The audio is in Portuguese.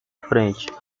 frente